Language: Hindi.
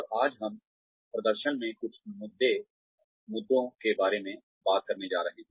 और आज हम प्रदर्शन में कुछ मुद्दों के बारे में बात करने जा रहे है